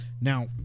Now